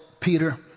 Peter